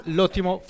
L'ottimo